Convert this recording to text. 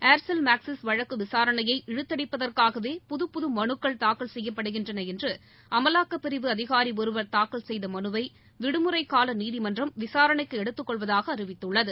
Aircel Maxis வழக்குவிசாரனையை இழுத்தடிப்பதற்காகவே புதுப்புது மனுக்கள் தாக்கல் செய்யப்படுகின்றனஎன்றுஅமலாக்கப்பிரிவு அதிகாரிஒருவர் தாக்கல் செய்தமனுவைவிடுமுறைகாலநீதிமன்றம் விசாரணைக்குஎடுத்துக்கொள்வதாகஅறிவித்துள்ளது